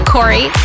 Corey